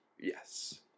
Yes